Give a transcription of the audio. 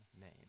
name